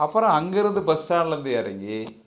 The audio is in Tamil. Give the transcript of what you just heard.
அப்புறம் அங்கே இருந்து பஸ் ஸ்டேண்ட்லேந்து இறங்கி